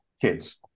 kids